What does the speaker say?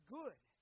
good